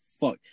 fuck